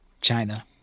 china